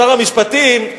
שר המשפטים,